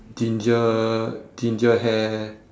ginger ginger hair